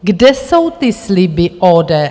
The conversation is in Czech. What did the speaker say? Kde jsou ty sliby ODS?